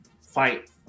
fight